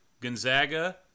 Gonzaga